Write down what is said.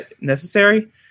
necessary